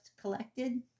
collected